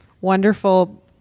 wonderful